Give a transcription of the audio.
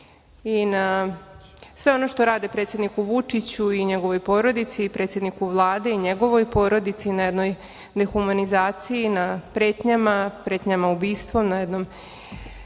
i na sve ono što rade predsedniku Vučiću i njegovoj porodici, predsedniku Vlade i njegovoj porodici, na jednoj dehumanizaciji, na pretnjama, pretnjama ubistvom, na jednom